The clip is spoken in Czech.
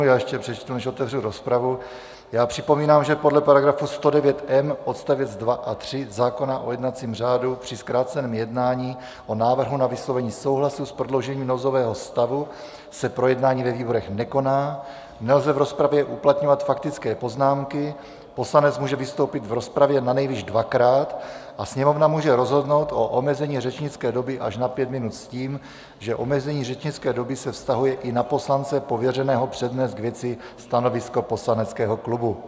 Já ještě přečtu, než otevřu rozpravu, připomínám, že podle § 109m odst. 2 a 3 zákona o jednacím řádu při zkráceném jednání o návrhu na vyslovení souhlasu s prodloužením nouzového stavu se projednání ve výborech nekoná, nelze v rozpravě uplatňovat faktické poznámky, poslanec může vystoupit v rozpravě nanejvýš dvakrát a Sněmovna může rozhodnout o omezení řečnické doby až na pět minut s tím, že omezení řečnické doby se vztahuje i na poslance pověřeného přednést k věci stanovisko poslaneckého klubu.